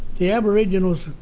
the aboriginals'